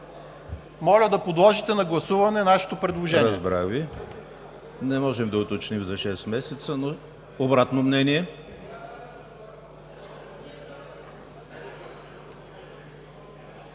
Моля да подложите на гласуване нашето предложение.